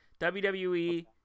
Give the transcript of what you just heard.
WWE